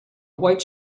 white